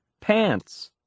pants